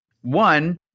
One